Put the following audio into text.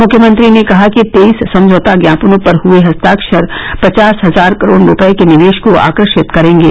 मुख्यमंत्री ने कहा कि तेईस समझौता ज्ञापनों पर हुए हस्ताक्षर पवास हजार करोड रूपये के निवेश को आकर्षित करेंगे